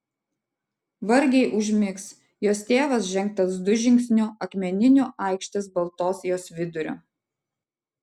vargiai užmigs jos tėvas žengtels du žingsniu akmeniniu aikštės baltos jos viduriu